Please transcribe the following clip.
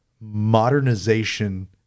modernization